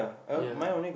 ya